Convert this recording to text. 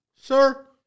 Sir